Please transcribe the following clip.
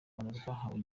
rwahawe